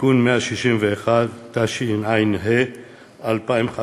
(תיקון מס' 161), התשע"ה 2015,